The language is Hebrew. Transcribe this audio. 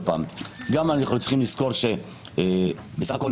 אנחנו צריכים לזכור שבסך הכול